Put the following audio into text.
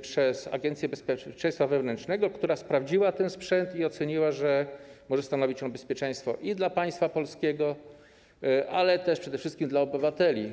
przez Agencję Bezpieczeństwa Wewnętrznego, która sprawdziła ten sprzęt i oceniła, że może stanowić on bezpieczeństwo dla państwa polskiego, a przede wszystkim dla obywateli.